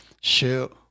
shoot